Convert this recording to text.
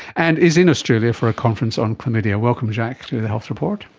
and is in australia for a conference on chlamydia. welcome, jacques, to the health report.